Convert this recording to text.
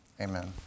Amen